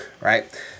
right